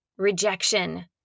rejection